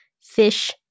Fish